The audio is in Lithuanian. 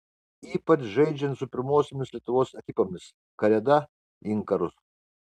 ypač žaidžiant su pirmosiomis lietuvos ekipomis kareda inkaru